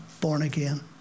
born-again